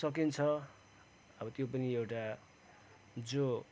सकिन्छ अब त्यो पनि एउटा जो